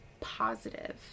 positive